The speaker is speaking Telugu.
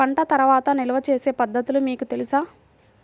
పంట తర్వాత నిల్వ చేసే పద్ధతులు మీకు తెలుసా?